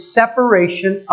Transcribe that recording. separation